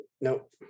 Nope